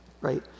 right